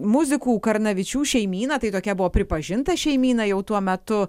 muzikų karnavičių šeimyna tai tokia buvo pripažinta šeimyna jau tuo metu